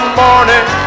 morning